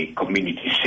community